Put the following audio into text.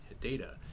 data